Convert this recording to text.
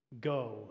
Go